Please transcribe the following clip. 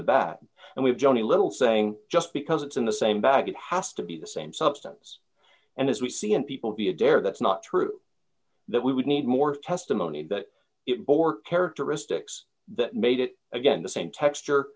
the back and we've shown a little saying just because it's in the same bag it has to be the same substance and as we see in people be adair that's not true that we would need more testimony that it bore characteristics that made it again the same texture